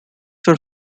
were